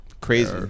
Crazy